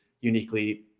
uniquely